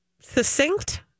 succinct